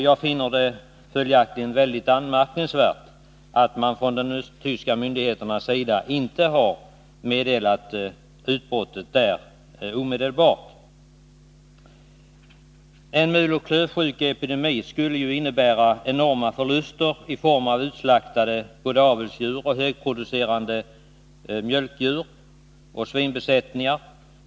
Jag finner det följaktligen anmärkningsvärt att de östtyska myndigheterna inte omedelbart meddelade grannländerna om utbrottet där. En muloch klövsjukeepidemi skulle innebära enorma förluster i form av utslaktade avelsdjur och högproducerande mjölkdjur och svinbesättningar.